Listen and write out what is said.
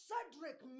Cedric